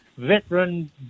Veteran